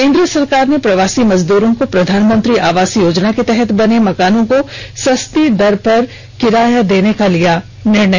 केंद्र सरकार ने प्रवासी मजदूरों को प्रधानमंत्री षहरी आवास योजना के तहत बने मकानों को किराये पर देने का लिया निर्णय